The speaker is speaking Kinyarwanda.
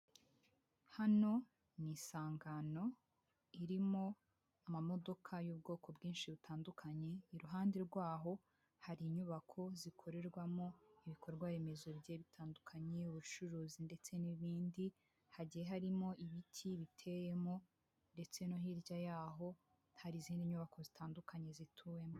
Hano ni isangano irimo amamodoka y'ubwoko bwinshi butandukanye, iruhande rwaho hari inyubako zikorerwamo ibikorwa Remezo bigiye bitandukanye, ubucuruzi ndetse n'ibindi, hagiye harimo ibiti biteyemo ndetse no hirya yaho, hari izindi nyubako zitandukanye zituwemo.